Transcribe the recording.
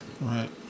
right